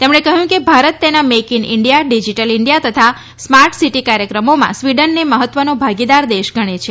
તેમણે કહ્યું કે ભારત તેના make in India digital India તથા સ્માર્ટ સીટી કાર્યક્રમોમાં સ્વીડનને મહત્વનો ભાગીદાર દેશ ગણે છે